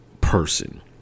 person